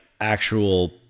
actual